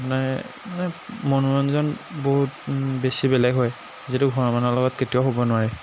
আপোনাৰ মানে মনোৰঞ্জন বহুত বেছি বেলেগ হয় যিটো ঘৰৰ মানুহৰ লগত কেতিয়াও হ'ব নোৱাৰে